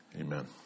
amen